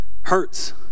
hurts